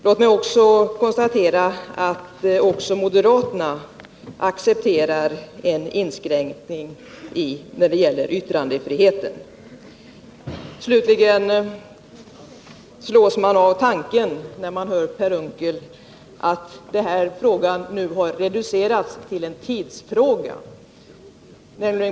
Låt mig också konstatera att även moderaterna accepterar en inskränkning när det gäller yttrandefriheten. Slutligen slås jag när jag hör Per Unckel av tanken att denna fråga nu har reducerats till en tidsfråga.